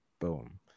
boom